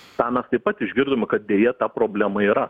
tą mes taip pat išgirdome kad deja ta problema yra